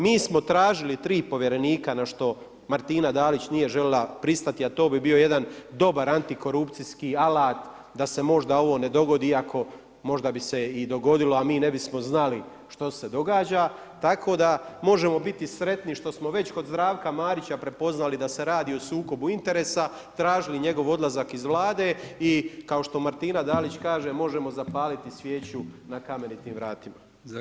Mi smo tražili 3 povjerenika, na što Martina Dalić nije željela pristati, a to bi bio jedan dobar antikorupcijski alat da se možda ovo ne dogodi, iako možda bi se i dogodilo, a mi ne bismo znali što se događa, tako da možemo biti sretni što smo već kod Zdravka Marića prepoznali da se radi o sukobu interesa, tražili njegov odlazak iz Vlade i kao što Martina Dalić kaže, možemo zapaliti svijeću na Kamenitim vratima.